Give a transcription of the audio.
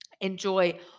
enjoy